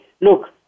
look